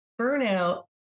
Burnout